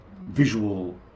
visual